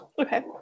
Okay